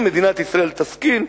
אם מדינת ישראל תשכיל,